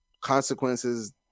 consequences